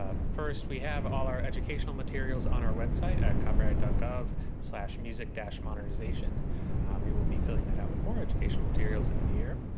ah first, we have all our educational materials on our website at copyright ah gov so and music-modernization. we will be filling that out with more educational materials in the new year.